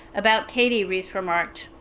about katie, riis remarked,